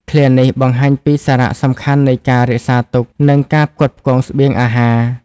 ឃ្លានេះបង្ហាញពីសារៈសំខាន់នៃការរក្សាទុក និងការផ្គត់ផ្គង់ស្បៀងអាហារ ។